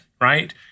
right